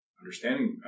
understanding